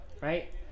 right